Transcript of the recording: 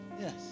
Yes